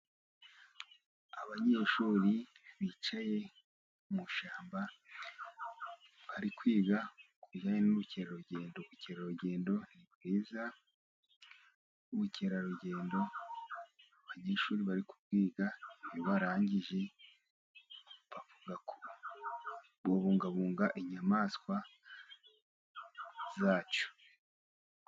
Abanyeshuri bicaye mu ishyamba, bari kwiga kubijyanye n'ubukerarugendo, ubukerarugendo ni bwiza, ubukerarugendo abanyeshuri bari kubwiga iyo barangije, bavuga ko babungabunga inyamaswa zacu.